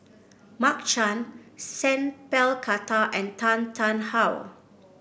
Mark Chan Sat Pal Khattar and Tan Tarn How